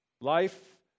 Life